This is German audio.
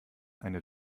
eine